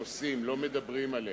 עושים, לא מדברים עליה.